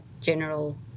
general